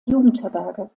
jugendherberge